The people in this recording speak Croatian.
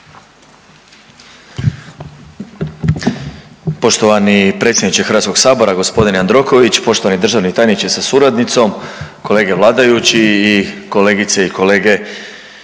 Poštovani predsjedniče Hrvatskog sabora, gospodin Jandroković, poštovani državni tajniče sa suradnicom, kolege vladajući i kolegice i kolege